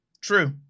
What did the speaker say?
True